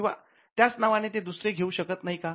किंवा त्याच नावाने ते दुसरं घेऊ शकत नाही का